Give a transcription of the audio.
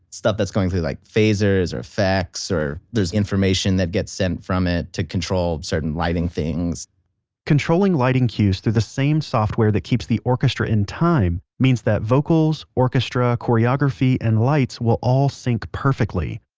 stuff that's going through like phasers or effects or there's information that gets sent from it to control certain lighting things controlling lighting cues through the same software that keeps the orchestra in time means that vocals, orchestra, choreography, and lights will all sync perfectly.